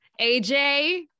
AJ